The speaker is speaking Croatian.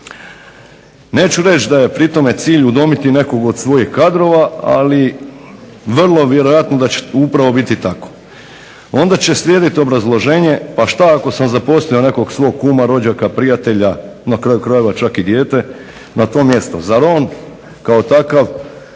Neću reći da je pri tome cilj udomiti nekog od svojih kadrova ali vrlo vjerojatno da će upravo biti tako. Onda će slijediti obrazloženje pa šta ako sam zaposlio nekog svog kuma, rođaka, prijatelja na kraju krajeva čak i dijete na to mjesto. Zar on kao takav